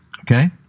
okay